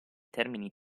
termini